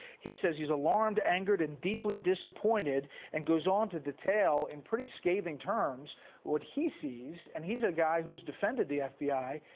he says he is alarmed, angered, and deeply disappointed and goes on to detail and pretty scathing terms what he sees. and he is a guy who has defended the fbi,